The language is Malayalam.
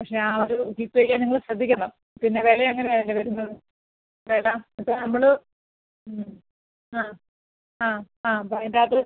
പക്ഷേ ആ ഒരു കീപ്പ് ചെയ്യാൻ നിങ്ങൾ ശ്രദ്ധിക്കണം പിന്നെ വില എങ്ങനെയാണ് അതിൻ്റെ വരുന്നത് വില ഇപ്പോൾ നമ്മൾ ആ ആ ആ അപ്പം അതിന്റകത്ത്